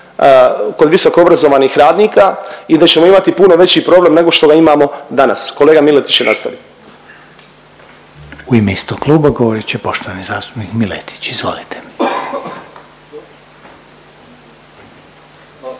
kod visoko obrazovanih radnika i da ćemo imati puno veći problem nego što ga imamo danas. Kolega Miletić će nastavit. **Reiner, Željko (HDZ)** U ime istog kluba govorit će poštovani zastupnik Miletić. Izvolite.